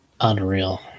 unreal